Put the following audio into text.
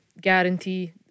guarantee